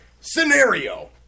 Scenario